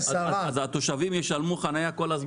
- התושבים ישלמו חנייה?